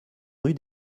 rue